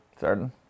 Certain